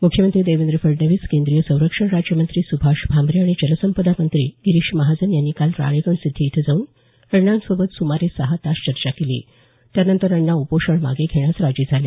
मुख्यमंत्री देवेंद्र फडणवीस केंद्रीय संरक्षण राज्यमंत्री सुभाष भामरे आणि जलसंपदा मंत्री गिरीश महाजन यांनी काल राळेगण सिद्धी इथं जाऊन अण्णांसोबत सुमारे सहा तास चर्चा केली त्यानंतर अण्णा उपोषण मागे घेण्यास राजी झाले